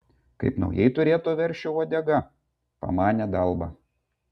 kaip naujai turėto veršio uodega pamanė dalba